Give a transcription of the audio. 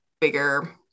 bigger